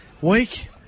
week